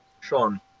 Sean